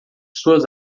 suas